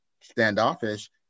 standoffish